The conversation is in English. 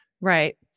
Right